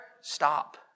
Stop